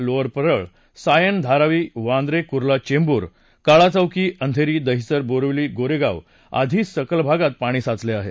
लोअरपरळ सायन धारावी वांद्रे कुर्ला चेंबूर काळाचौकी अंघेरी दहिसर बोरीवली गोरेगाव आदी सखल भागात पाणी भरले आहे